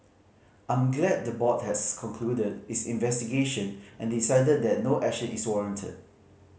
I'm glad the board has concluded its investigation and decided that no action is warranted